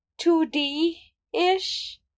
2D-ish